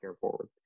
forward